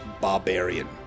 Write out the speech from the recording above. Barbarian